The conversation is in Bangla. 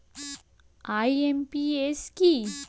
আই.এম.পি.এস কি?